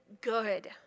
good